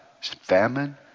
famine